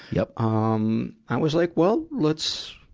yeah um, i was like well, let's,